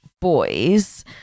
boys